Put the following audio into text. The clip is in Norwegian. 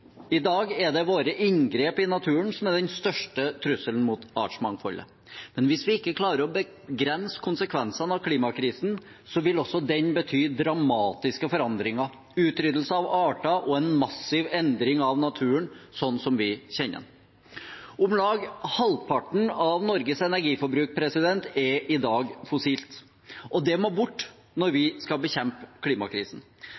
I dag er det våre inngrep i naturen som er den største trusselen mot artsmangfoldet. Men hvis vi ikke klarer å begrense konsekvensene av klimakrisen, vil også den bety dramatiske forandringer, utryddelse av arter og en massiv endring av naturen sånn som vi kjenner den. Om lag halvparten av Norges energiforbruk er i dag fossilt. Og det må bort når